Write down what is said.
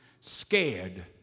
scared